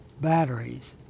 batteries